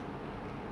ya